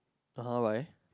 (uh huh) why